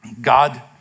God